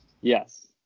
yes